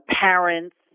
parents